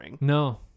No